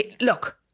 look